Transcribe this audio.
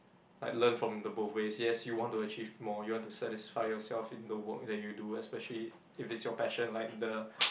like learn from the both ways yes you want to achieve more you want to satisfy yourself in the work that you do especially if it's your passion like the